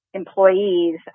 employees